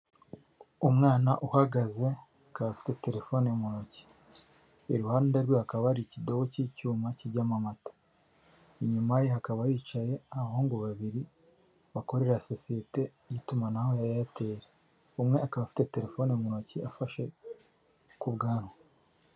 Umwana uhagaze akaba afite telefone mu ntoki, iruhande rwe hakaba hari ikidobo cy'icyuma kijyamo amata, inyuma ye hakaba hicaye abahungu babiri bakorera sosiyete y'itumanaho ya eyateli, umwe akaba afite telefoneni mu ntoki afashe ku bwanwa.